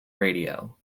radio